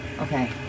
Okay